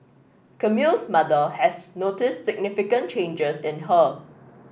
Camille's mother has noticed significant changes in her